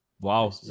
Wow